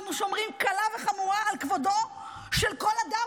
אנחנו שומרים קלה וחמורה על כבודו של כל אדם,